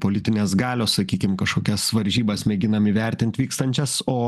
politinės galios sakykim kažkokias varžybas mėginam įvertint vykstančias o